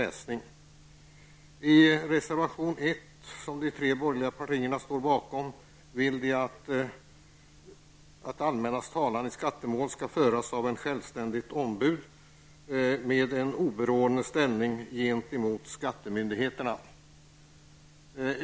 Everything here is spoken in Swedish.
I reservation 1, som de tre borgerliga partierna står bakom, vill de att det allmännas talan i skattemål skall föras av ett självständigt ombud med en oberoende ställning gentemot skattemyndigheterna.